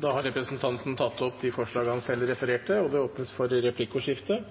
Representanten Lars Haltbrekken har tatt opp de forslagene han refererte til. Det blir replikkordskifte.